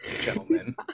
gentlemen